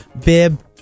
bib